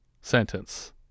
sentence